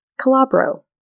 Calabro